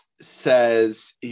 says